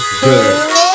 good